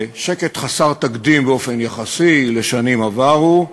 שקט חסר תקדים באופן יחסי לשנים עברו.